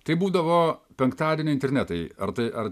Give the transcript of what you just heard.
tai būdavo penktadienio internetai ar tai ar